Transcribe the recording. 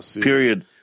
period